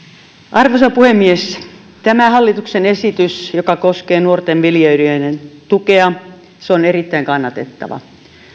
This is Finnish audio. arvoisa puhemies tämä hallituksen esitys joka koskee nuorten viljelijöiden tukea on erittäin kannatettava